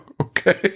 okay